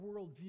worldview